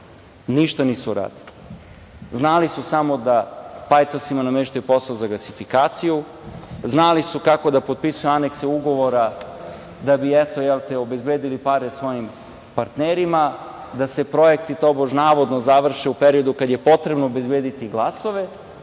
ništa nisu uradili. Znali su samo da pajtosima nameštaju posao za gasifikaciju. Znali su kako da potpisuju anekse ugovora da bi, eto, obezbedili pare svojim partnerima, da se projekti tobože navodno završe u periodu kada je potrebno obezbediti glasove,